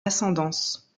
ascendance